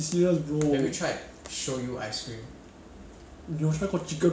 不然这样 hor 我一定 try 他的 chicken rice try 他的什么 but 去买那个 normal flavour eh